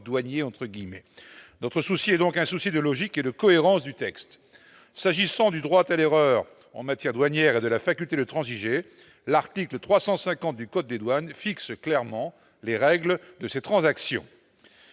guillemets, notre souci est donc un souci de logique et de cohérence du texte, s'agissant du droit à l'erreur en matière douanière de la faculté de transiger, l'article 350 du code des douanes fixe clairement les règles de ces transactions,